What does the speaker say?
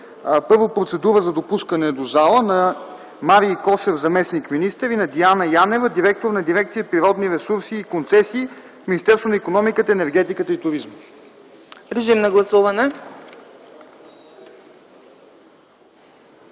Първо – процедура за допускане до залата на Марий Косев – заместник-министър, и на Диана Янева – директор на дирекция „Природни ресурси и концесии”, от Министерството на икономиката, енергетиката и туризма. ПРЕДСЕДАТЕЛ